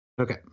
Okay